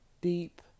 deep